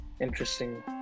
interesting